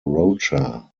rocha